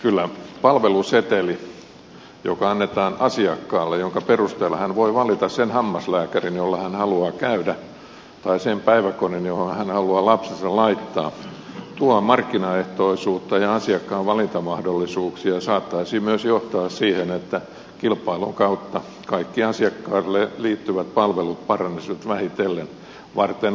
kyllä palveluseteli joka annetaan asiakkaalle jonka perusteella hän voi valita sen hammaslääkärin jolla hän haluaa käydä tai sen päiväkodin johon hän haluaa lapsensa laittaa tuo markkinaehtoisuutta ja asiakkaan valintamahdollisuuksia ja saattaisi myös johtaa siihen että kilpailun kautta kaikki asiakkaisiin liittyvät palvelut paranisivat vähitellen